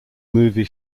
movie